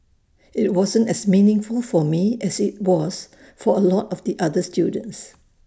IT wasn't as meaningful for me as IT was for A lot of the other students